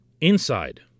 inside